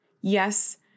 Yes